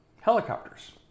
helicopters